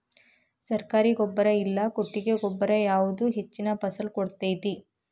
ಸರ್ಕಾರಿ ಗೊಬ್ಬರ ಇಲ್ಲಾ ಕೊಟ್ಟಿಗೆ ಗೊಬ್ಬರ ಯಾವುದು ಹೆಚ್ಚಿನ ಫಸಲ್ ಕೊಡತೈತಿ?